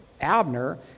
abner